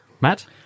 Matt